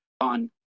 on